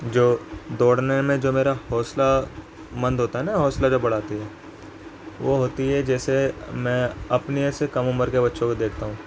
جو دوڑنے میں جو میرا حوصلہ مند ہوتا ہے نا حوصلہ جو بڑھاتی ہے وہ ہوتی ہے جیسے میں اپنے سے کم عمر کے بچوں کو دیکھتا ہوں